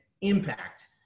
impact